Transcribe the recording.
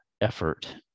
effort